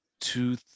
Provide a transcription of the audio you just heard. two